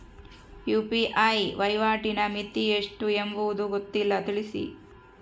UPI ವಹಿವಾಟಿನ ಮಿತಿ ಎಷ್ಟು ಎಂಬುದು ಗೊತ್ತಿಲ್ಲ? ತಿಳಿಸಿ?